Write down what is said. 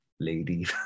lady